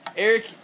Eric